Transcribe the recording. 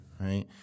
right